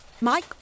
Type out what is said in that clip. Mike